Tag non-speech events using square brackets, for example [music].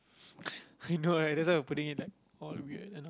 [breath] I know right that's well we're putting it like all weird now